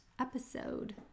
episode